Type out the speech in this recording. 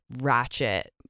ratchet